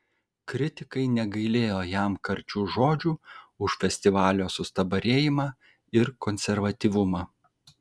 kritikai negailėjo jam karčių žodžių už festivalio sustabarėjimą ir konservatyvumą